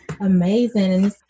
amazing